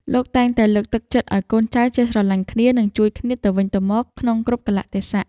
លោកតែងតែលើកទឹកចិត្តឱ្យកូនចៅចេះស្រឡាញ់គ្នា និងជួយគ្នាទៅវិញទៅមកក្នុងគ្រប់កាលៈទេសៈ។